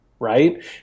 Right